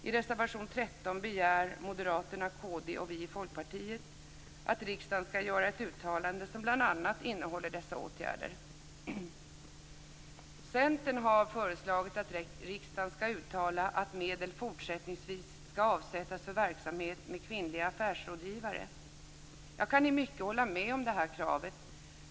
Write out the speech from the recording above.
I reservation 13 begär moderaterna, kd och vi i Folkpartiet att riksdagen skall göra ett uttalande som bl.a. innehåller dessa åtgärder. Centern har föreslagit att riksdagen skall uttala att medel fortsättningsvis skall avsättas för verksamhet med kvinnliga affärsrådgivare. Jag kan i mycket hålla med om det kravet.